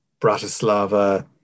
Bratislava